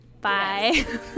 Bye